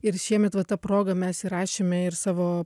ir šiemet va ta proga mes įrašėme ir savo